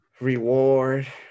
reward